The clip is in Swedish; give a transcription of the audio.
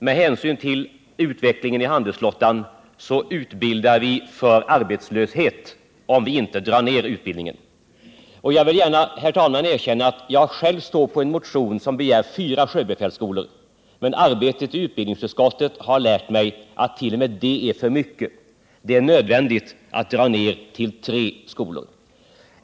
Med hänsyn till utvecklingen inom handelsflottan utbildar vi för arbetslöshet om vi inte drar ner utbildningen. Jag vill gärna erkänna att mitt namn finns med på en motion som begär fyra sjöbefälsskolor, men arbetet i utbildningsutskottet har lärt mig att t.o.m. det är för mycket — det är nödvändigt att dra ner till tre skolor.